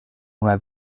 una